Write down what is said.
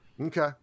okay